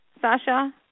Sasha